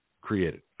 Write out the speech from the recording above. created